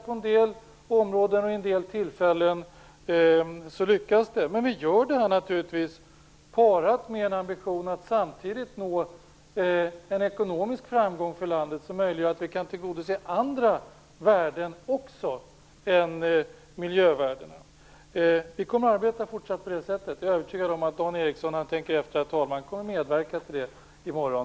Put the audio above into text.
På en del områden och vid en del tillfällen lyckas det. Men vi gör naturligtvis detta parat med en ambition att samtidigt nå en ekonomisk framgång för landet som möjliggör att vi kan tillgodose även andra värden än miljövärdena. Vi kommer i fortsättningen att arbeta på det sättet. Och jag är övertygad om att Dan Ericsson, om han tänker efter, också kommer att medverka till det i morgon.